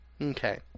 Okay